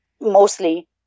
mostly